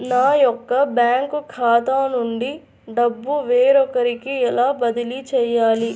నా యొక్క బ్యాంకు ఖాతా నుండి డబ్బు వేరొకరికి ఎలా బదిలీ చేయాలి?